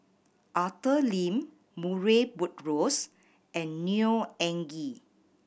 Arthur Lim Murray Buttrose and Neo Anngee